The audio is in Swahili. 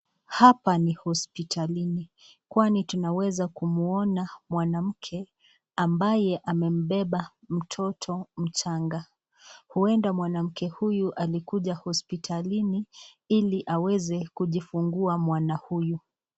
Hapa ni hospitalini kwani tunaweza kumuona mwanamke ambaye amembeba mtoto mchanga. Huenda mwanamke huyu alikuja hospitalini ili aweze kujifungua mwana huyu.